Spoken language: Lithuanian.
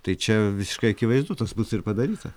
tai čia visiškai akivaizdu tas bus ir padaryta